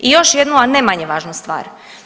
I još jednu, a ne manje važnu stvar.